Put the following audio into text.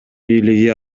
бийлиги